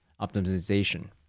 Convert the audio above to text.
optimization